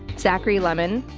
zachary lemon,